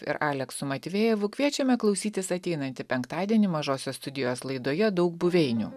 ir aleksu matvejevu kviečiame klausytis ateinantį penktadienį mažosios studijos laidoje daug buveinių